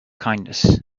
kindness